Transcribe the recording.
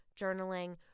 Journaling